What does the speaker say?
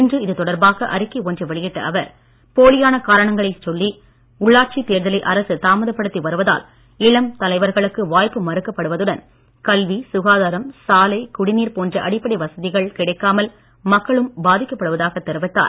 இன்று இதுதொடர்பாக அறிக்கை ஒன்றை வெளியிட்ட அவர் போலியான காரணங்களை சொல்லி உள்ளாட்சித் தேர்தலை அரசு தாமதப்படுத்தி வருவதால் இளம் தலைவர்களுக்கு வாய்ப்பு மறுக்கப்படுவதுடன் கல்வி சுகாதாரம் சாலை குடிநீர் போன்ற அடிப்படை வசதிகள் கிடைக்காமல் மக்களும் பாதிக்கப்படுவதாக தெரிவித்தார்